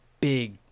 big